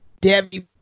Debbie